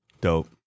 Dope